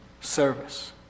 service